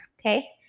Okay